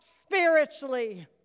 spiritually